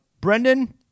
Brendan